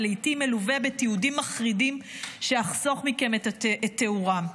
ולעיתים מלווה בתיעודים מחרידים שאחסוך מכם את תיאורם.